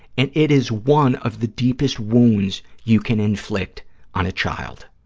and it is one of the deepest wounds you can inflict on a child.